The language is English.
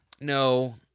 No